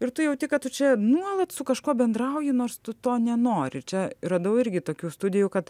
ir tu jauti kad tu čia nuolat su kažkuo bendrauji nors tu to nenori čia radau irgi tokių studijų kad